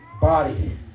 body